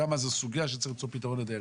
שם זו סוגיה שצריך למצוא פתרון לדיירים.